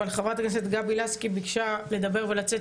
אבל חברת הכנסת גבי לסקי ביקשה לדבר ולצאת,